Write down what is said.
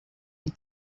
die